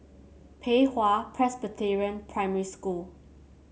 Pei Hwa Presbyterian Primary School